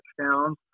touchdowns